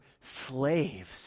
slaves